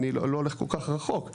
אני לא הולך כל כך רחוק,